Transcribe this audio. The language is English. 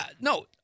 No